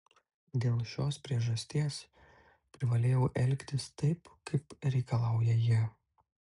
dėl šios priežasties privalau elgtis taip kaip reikalauja jie